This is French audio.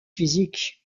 physiques